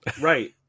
Right